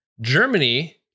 Germany